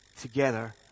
together